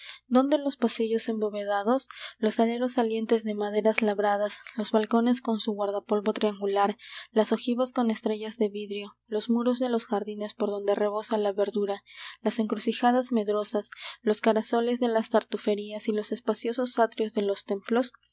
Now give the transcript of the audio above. dónde los pasillos embovedados los aleros salientes de maderas labradas los balcones con su guardapolvo triangular las ojivas con estrellas de vidrio los muros de los jardines por donde rebosa la verdura las encrucijadas medrosas los carasoles de las tafurerías y los espaciosos atrios de los templos